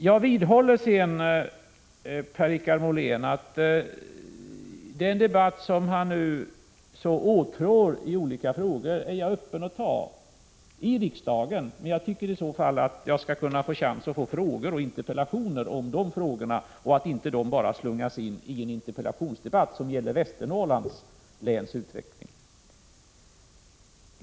Jag vidhåller att jag är beredd att här i riksdagen ta upp den debatt i olika frågor som Per-Richard Molén i så hög grad åtrår. Men i så fall vill jag ha en chans att besvara hans frågor i en frågeeller interpellationsdebatt. Det får inte vara som nu att frågor bara slungas in i en interpellationsdebatt som gäller Västernorrlands utveckling.